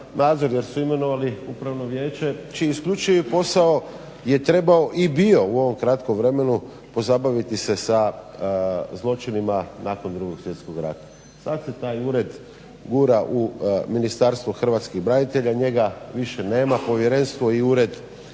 nadzor jer su imenovali vijeće čiji isključivi posao je trebao i bio u ovom kratkom vremenu pozabaviti se sa zločinima nakon Drugog svjetskog rata. Sad se taj ured gura u Ministarstvo hrvatskih branitelja. Njega više nema. Povjerenstvo i ured